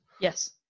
yes